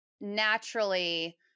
naturally